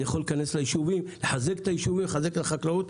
זה יכול לחזק את ההתיישבות ואת החקלאות.